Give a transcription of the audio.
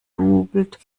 gedoublet